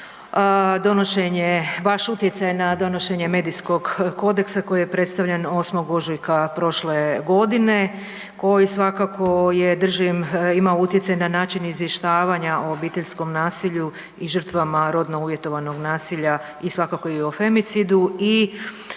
baš utjecaja na donošenje Medijskog kodeksa koji je predstavljen 8. ožujka prošle godine koji svakako je, držim, ima utjecaj na način izvještavanja o obiteljskom nasilju i žrtava rodno uvjetovanog nasilja i svakako i o femicidu